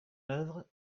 oeuvre